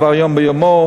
דבר יום ביומו,